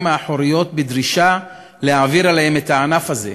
האחוריות בדרישה להעביר אליהם את הענף הזה,